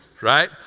Right